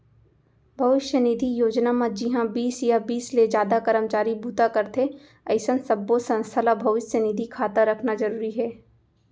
भविस्य निधि योजना म जिंहा बीस या बीस ले जादा करमचारी बूता करथे अइसन सब्बो संस्था ल भविस्य निधि खाता रखना जरूरी हे